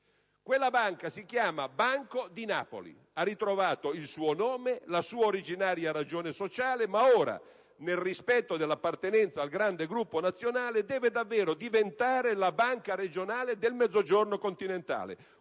Quella banca si chiama Banco di Napoli. Ha ritrovato il suo nome, la sua originaria ragione sociale, ma ora, nel rispetto dell'appartenenza ad un grande gruppo nazionale, deve davvero diventare la banca regionale del Mezzogiorno continentale.